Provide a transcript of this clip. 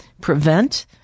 prevent